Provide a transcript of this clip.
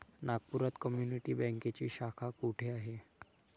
नागपुरात कम्युनिटी बँकेची शाखा कुठे आहे?